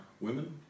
women